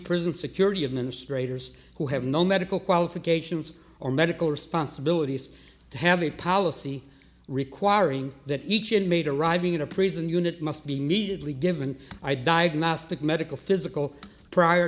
prison security administrators who have no medical qualifications or medical responsibilities to have a policy requiring that each inmate arriving in a prison unit must be mediately given i diagnosed the medical physical prior